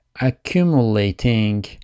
accumulating